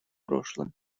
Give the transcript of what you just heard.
прошлым